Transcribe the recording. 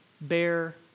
Bear